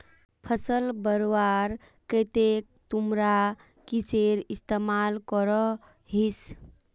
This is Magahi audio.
फसल बढ़वार केते तुमरा किसेर इस्तेमाल करोहिस?